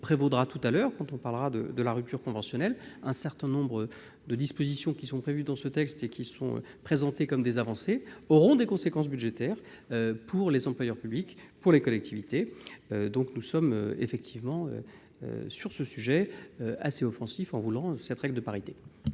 prévaudra tout à l'heure quand nous aborderons la rupture conventionnelle. Un certain nombre de dispositions prévues dans ce texte et présentées comme des avancées auront des conséquences budgétaires pour les employeurs publics, pour les collectivités. Sur ce sujet, nous sommes donc assez offensifs en exigeant cette règle de parité.